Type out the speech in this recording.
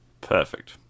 Perfect